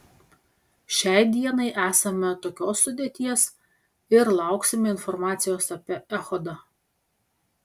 šiai dienai esame tokios sudėties ir lauksime informacijos apie echodą